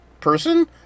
person